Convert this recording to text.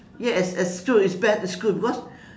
ya it's it's true it's bad it's true because